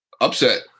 Upset